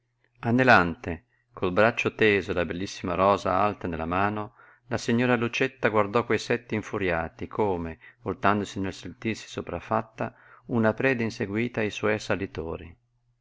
anelante col braccio teso e la bellissima rosa alta nella mano la signora lucietta guardò quei sette infuriati come voltandosi nel sentirsi sopraffatta una preda inseguita i suoi assalitori